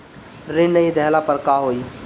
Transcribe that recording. ऋण नही दहला पर का होइ?